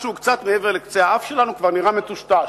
מה שהוא קצת מעבר לקצה האף שלנו כבר נראה מטושטש.